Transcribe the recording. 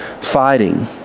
fighting